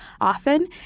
often